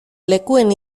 lekuen